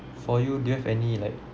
for you do you have any like